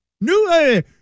New